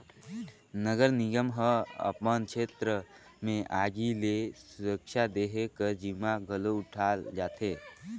नगर निगम ह अपन छेत्र में आगी ले सुरक्छा देहे कर जिम्मा घलो उठाल जाथे